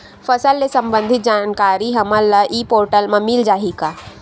फसल ले सम्बंधित जानकारी हमन ल ई पोर्टल म मिल जाही का?